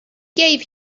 gave